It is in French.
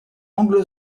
anglo